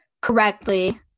correctly